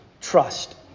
Trust